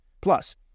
Plus